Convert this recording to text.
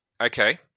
Okay